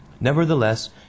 Nevertheless